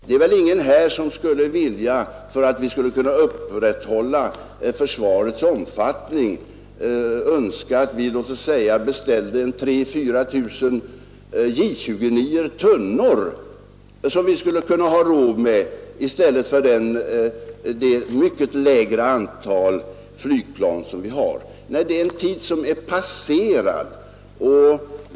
Det är väl ingen här som skulle önska att vi för att upprätthålla omfattningen av vårt försvar beställde t.ex. 3 000 å 4 000 J 29 Tunnor — som vi skulle kunna ha råd med — i stället för det mycket lägre antal flygplan som vi nu har. Den tiden är förbi.